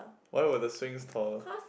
why were the swings taller